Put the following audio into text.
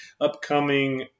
upcoming